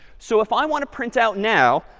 so if i want to print out now,